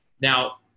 Now